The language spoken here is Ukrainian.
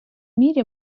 мірі